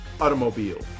automobile